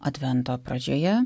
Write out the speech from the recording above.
advento pradžioje